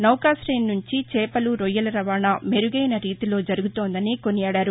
నౌకాశయం నుంచి చేపలు రొయ్యల రవాణా మెరుగైన రీతిలో జరుగుతోందని కొనియాడారు